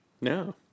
No